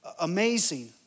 amazing